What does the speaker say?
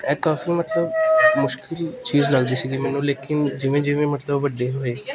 ਇਹ ਕਾਫੀ ਮਤਲਬ ਮੁਸ਼ਕਿਲ ਚੀਜ਼ ਲੱਗਦੀ ਸੀਗੀ ਮੈਨੂੰ ਲੇਕਿਨ ਜਿਵੇਂ ਜਿਵੇਂ ਮਤਲਬ ਵੱਡੇ ਹੋਏ